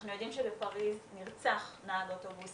אנחנו יודעים שבפריז נרצח נהג אוטובוס